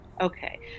okay